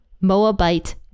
Moabite